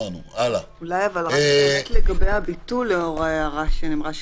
אולי רק לגבי הביטול לאור ההערה שהיא אמרה,